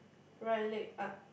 right leg up